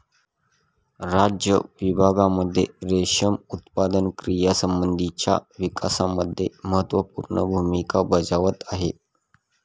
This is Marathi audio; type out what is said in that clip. राज्य विभागांमध्ये रेशीम उत्पादन क्रियांसंबंधीच्या विकासामध्ये महत्त्वपूर्ण भूमिका बजावत आहे